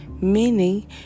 Meaning